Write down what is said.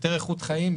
יותר איכות חיים,